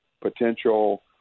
potential